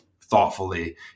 thoughtfully